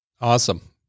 Awesome